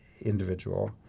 individual